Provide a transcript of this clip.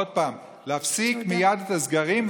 עוד פעם: להפסיק מייד את הסגרים,